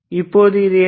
இப்போது இது என்ன